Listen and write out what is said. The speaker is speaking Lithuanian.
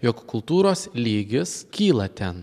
jog kultūros lygis kyla ten